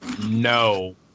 no